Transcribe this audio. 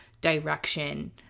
direction